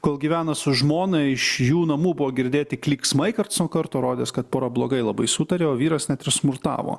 kol gyvena su žmona iš jų namų buvo girdėti klyksmai karts nuo karto rodės kad pora blogai labai sutaria o vyras net ir smurtavo